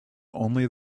only